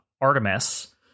Artemis